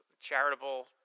charitable